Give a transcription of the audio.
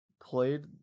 played